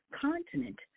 continent